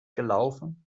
gelaufen